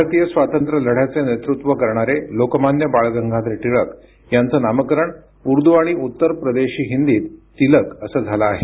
भारतीय स्वातंत्र्यलढ्याचे नेतृत्व करणारे लोकमान्य बाळ गंगाधर टिळक यांचे नामकरण उर्दू आणि उत्तर प्रदेशी हिंदीत तिलक असे झाले आहे